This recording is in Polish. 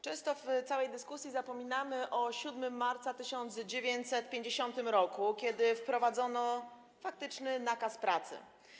Często w całej dyskusji zapominamy o 7 marca 1950 r., kiedy wprowadzono faktyczny nakaz pracy.